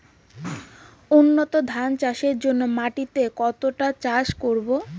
উন্নত ধান চাষের জন্য মাটিকে কতটা চাষ করব?